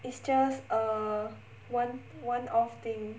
it's just err one one off thing